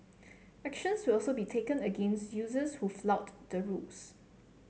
actions will also be taken against users who flout the rules